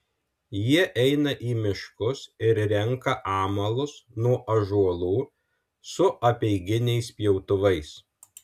jie eina į miškus ir renka amalus nuo ąžuolų su apeiginiais pjautuvais